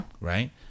right